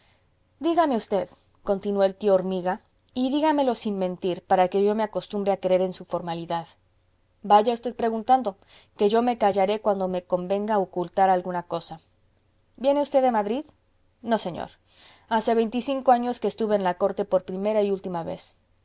regla dígame usted continuó el tío hormiga y dígamelo sin mentir para que yo me acostumbre a creer en su formalidad vaya usted preguntando que yo me callaré cuando me convenga ocultar alguna cosa viene usted de madrid no señor hace veinticinco años que estuve en la corte por primera y última vez